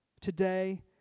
Today